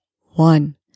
One